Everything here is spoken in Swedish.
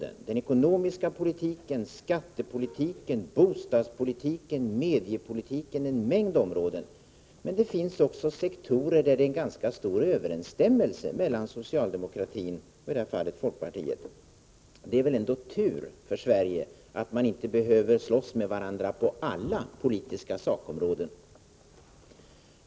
Det gäller den ekonomiska politiken, skattepolitiken, bostadspolitiken, mediepolitiken och politiken på en mängd andra områden. Men det finns också sektorer där det är ganska stor överensstämmelse mellan socialdemokratin och folkpartiet. Det är väl ändå tur för Sverige att man inte behöver slåss med varandra på alla politiska sakområden.